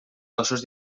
cossos